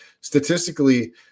statistically